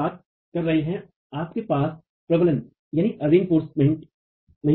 बात कर रहे हैं आपके पास प्रबलन नहीं है